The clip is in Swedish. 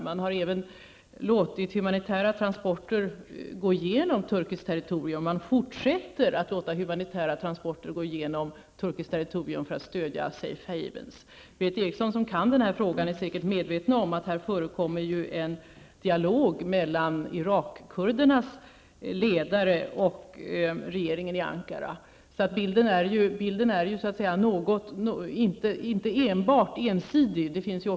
Turkiet har även låtit humanitära transporter gå över Turkiets territorium och fortsätter att låta dessa transporter gå vidare för att stödja ''Safe Havens''. Berith Eriksson kan den här frågan och är säkert medveten om att här förekommer en dialog mellan Bilden är inte enbart ensidig.